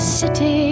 city